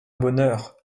bonheur